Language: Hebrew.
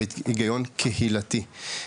הוא היגיון קהילתי.